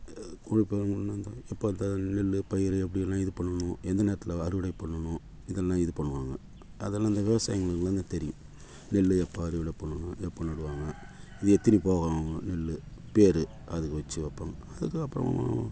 இப்பீ அந்த நெல்லுப் பயிறு அப்படி எல்லாம் இது பண்ணணும் எந்த நேரத்தில் அறுவடை பண்ணணும் இதெல்லாம் இது பண்ணுவாங்க அதெல்லாம் இந்த விவசாயிங்களுக்கெலாம் தான் தெரியும் நெல் எப்போ அறுவடை பண்ணணும் எப்போ நடுவாங்க இது எத்தனை போகம் நெல் பேர் அது வச்சு வைப்பாங்க அதுக்கப்புறோம்